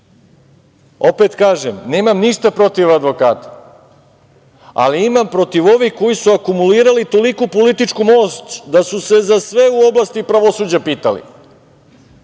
kažem, nemam ništa protiv advokata, ali imam protiv ovih koji su akumulirali toliku političku moć da su se za sve u oblasti pravosuđa pitali.